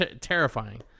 terrifying